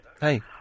Hey